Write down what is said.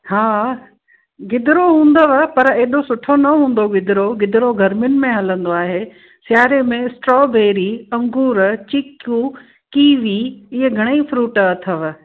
हा गिदरो हूंदव पर एॾो सुठो न हूंदो गिदरो गिदरो गर्मियुनि में हलंदो आहे सियारे में स्ट्रॉबेरी अंगूर चीकू कीवी इहे घणेई फ़्रूट अथव